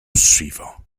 suivant